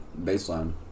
baseline